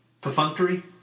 perfunctory